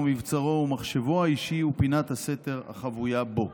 מבצרו ומחשבו האישי הוא פינת הסתר החבויה בו.